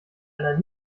einer